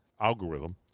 algorithm